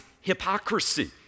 hypocrisy